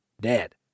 dead